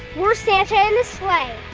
we're santa and the sleigh!